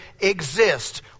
exist